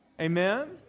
Amen